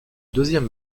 deuxième